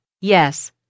Yes